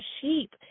sheep